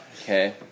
okay